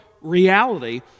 reality